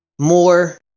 more